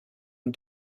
une